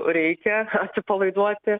reikia atsipalaiduoti